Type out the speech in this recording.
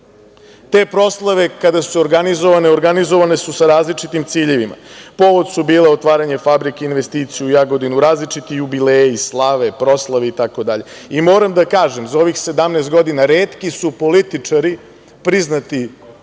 Te proslave kada su organizovane, organizovane su sa različitim ciljevima. Povod su bile otvaranje fabrika, investicije u Jagodini, različiti jubileji, slave, proslave itd. Moram da kažem, za ovih 17 godina retki su političari priznati na političkoj